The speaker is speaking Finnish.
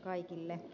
kaikille